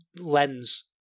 lens